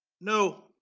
no